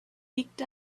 picked